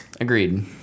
Agreed